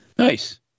nice